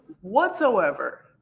whatsoever